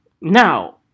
Now